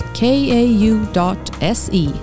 kau.se